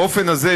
באופן הזה,